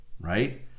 right